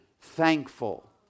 thankful